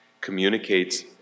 communicates